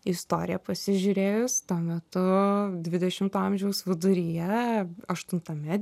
istoriją pasižiūrėjus tuo metu dvidešimto amžiaus viduryje aštuntame